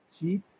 cheap